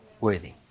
worthy